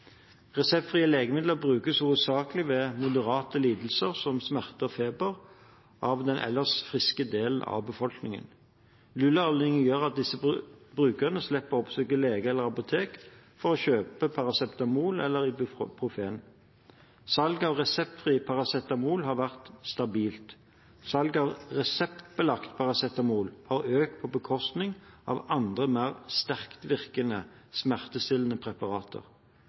Reseptfrie legemidler brukes hovedsakelig ved moderate lidelser, som smerter og feber, av den ellers friske delen av befolkningen. LUA-ordningen gjør at disse brukerne slipper å oppsøke lege eller apotek for å kjøpe paracetamol eller ibuprofen. Salget av reseptfri paracetamol har vært stabilt. Salget av reseptbelagt paracetamol har økt på bekostning av andre mer sterktvirkende smertestillende preparater.